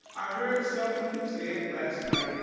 i heard something said last night,